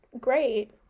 great